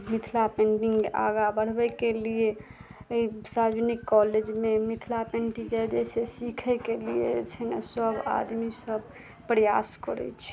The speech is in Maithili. मिथिला पेन्टिंग आगाँ बढ़बैके लिए सार्वनिक कॉलेजमे मिथिला पेन्टिंग जे छै से सीखैके लिए छै ने सब आदमी सब प्रयास करै छै